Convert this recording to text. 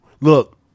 look